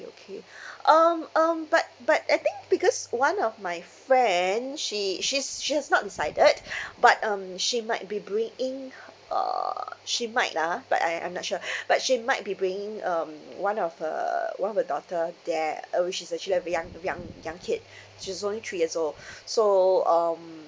okay um um but but I think because one of my friend she she's she has not decided but um she might be bringing her uh she might lah but I I'm not sure but she might be bringing um one of her one of her daughter there uh which is actually a ver~ young young young kid she's only three years old so um